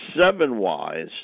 seven-wise